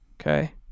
okay